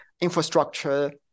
infrastructure